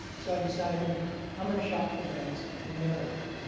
so i decided i'm going to shop for guns in maryland.